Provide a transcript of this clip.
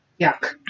Yuck